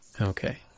Okay